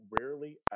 rarely